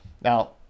Now